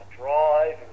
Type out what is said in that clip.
drive